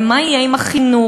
ומה יהיה עם החינוך.